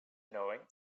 knowing